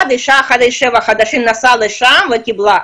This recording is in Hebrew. אישה אחת אחרי שבעה חודשים נסעה לשם וקיבלה.